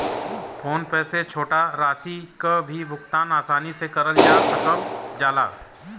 phone पे से छोटा राशि क भी भुगतान आसानी से करल जा सकल जाला